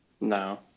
No